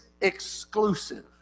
exclusive